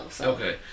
Okay